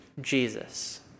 Jesus